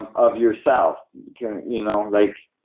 and of yourself you know like